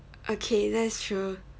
okay that's true